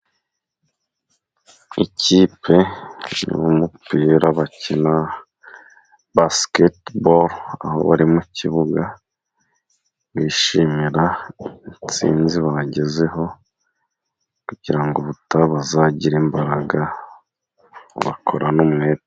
Ikipe, abakinnyi b'umupira bakina basiketiboro, aho bari mukibuga, bishimira insinzi bagezeho, kugira ngo ubutaha bazagire imbaraga bakorane umwete.